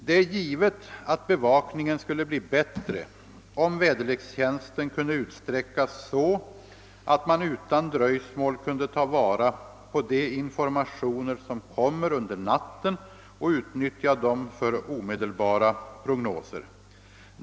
Det är givet att bevakningen skulle bli bättre om väderlekstjänsten kunde utsträckas så att man utan dröjsmål kunde ta vara på de informationer som kommer under natten och utnyttja dem för omedelbara prognoser.